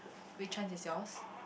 which one is yours